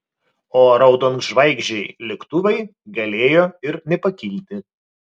o raudonžvaigždžiai lėktuvai galėjo ir nepakilti